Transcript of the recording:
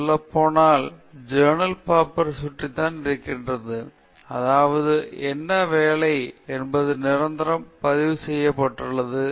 சொல்லப்போனால் ஜெர்னல் தாள்கள் சுற்றி இருக்கின்றன அதாவது என்ன வேலை என்பது நிரந்தரமாக பதிவு செய்யப்பட்டுள்ளது என்று உங்களுக்குத் தெரியும்